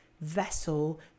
vessel